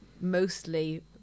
mostly